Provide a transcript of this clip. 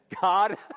God